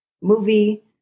movie